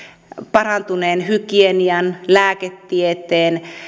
parantuneen hygienian lääketieteen